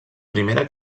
primera